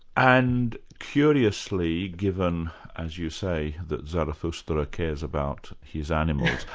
and curiously, given as you say, that zarathustra cares about his animals,